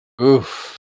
Oof